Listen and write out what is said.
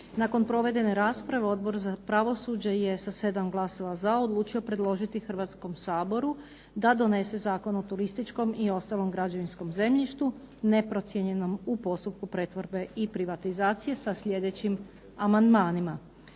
Nakon provedene rasprave Odbor za pravosuđe je sa 7 glasova za odlučio predložiti Hrvatskom saboru da donese Zakon o turističkom i ostalom građevinskom zemljištu neprocijenjenom u postupku pretvorbe i privatizacije sa sljedećim amandmanima: